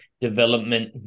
development